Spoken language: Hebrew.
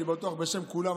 ואני בטוח שבשם כולם,